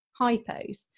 hypos